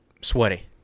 sweaty